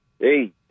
Hey